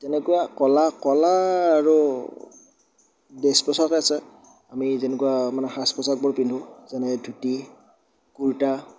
তেনেকুৱা কলা কলা আৰু ড্ৰেছ পোছাক আছে আমি যেনেকুৱা মানে সাজ পোছাকবোৰ পিন্ধো যেনে ধূতি কুৰ্তা